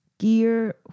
Gear